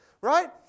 right